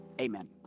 Amen